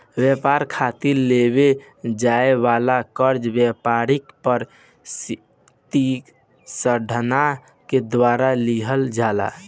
ब्यपार खातिर लेवे जाए वाला कर्जा ब्यपारिक पर तिसठान के द्वारा लिहल जाला